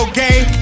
game